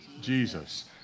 Jesus